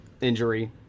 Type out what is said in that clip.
injury